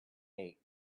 hate